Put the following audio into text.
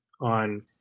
on